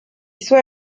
suoi